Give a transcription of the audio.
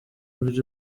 buriri